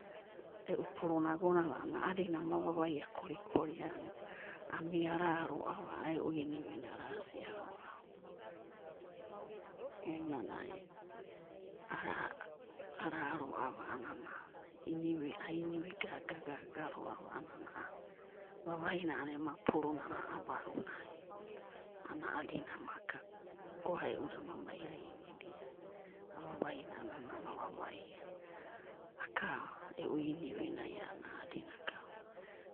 E'u puruna agonana a'anana, a'adina ama vavaia kori'kori. Ami'ara roava a'a e'u inivina arasiaroava ounanai ana, ara'roava a'anana, inivi, ainivi gaga'gaga roava a'anana vavaina ema puru nana abaunai, a'anana a'adina amaka, goae'uda ama maiainidia a'avavaina ama vavaia aka e'u inivinai a'anana a'adina akava.